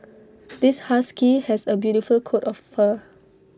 this husky has A beautiful coat of fur